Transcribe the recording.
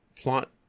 plot